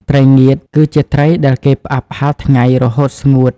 ត្រីងៀតគឺជាត្រីដែលគេផ្អាប់ហាលថ្ងៃ រហូតស្ងួត ។